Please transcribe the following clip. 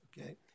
okay